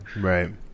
Right